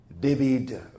David